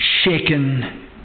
shaken